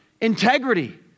integrity